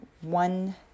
One